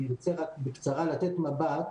אני רוצה לתת מבט